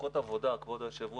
הפסקות העבודה, כבוד היושב ראש.